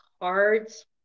cards